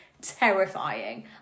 terrifying